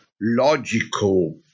logical